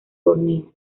borneo